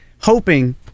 hoping